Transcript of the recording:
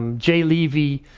jay levy,